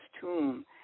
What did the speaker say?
tomb